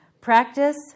Practice